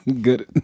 Good